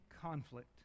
conflict